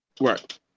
Right